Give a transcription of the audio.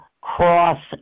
cross